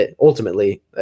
ultimately